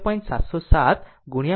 707 મહત્તમ મૂલ્ય છે